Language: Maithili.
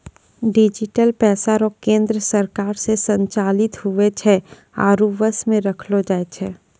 डिजिटल पैसा रो केन्द्र सरकार से संचालित हुवै छै आरु वश मे रखलो जाय छै